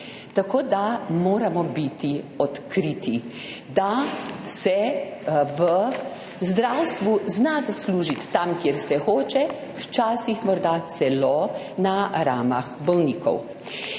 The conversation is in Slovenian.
Tako da moramo biti odkriti, da se v zdravstvu zna zaslužiti tam, kjer se hoče, včasih morda celo na ramah bolnikov.